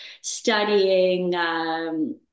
studying